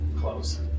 Close